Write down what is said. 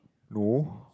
no